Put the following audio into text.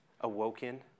awoken